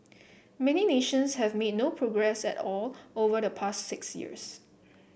many nations have made no progress at all over the past six years